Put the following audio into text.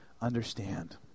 understand